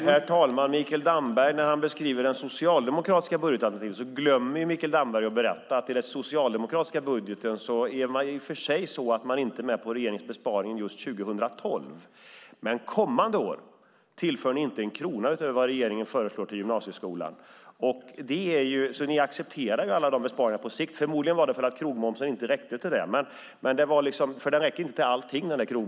Herr talman! När Mikael Damberg beskriver det socialdemokratiska budgetalternativet, där man i och för sig inte är med på regeringens besparing just 2012, glömmer han att berätta att man kommande år inte tillför en enda krona utöver vad regeringen föreslår till gymnasieskolan. Ni accepterar ju alla besparingar på sikt. Förmodligen vara det för att krogmomsen inte räckte till det, för den räcker inte till allting.